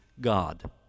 God